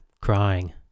crying